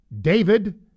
David